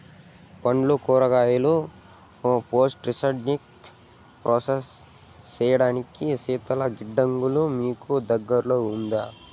పండ్లు కూరగాయలు post harvesting process సేసేకి శీతల గిడ్డంగులు మీకు దగ్గర్లో ఉందా?